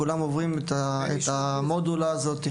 כולם עוברים את המודולה הזו.